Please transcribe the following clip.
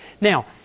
Now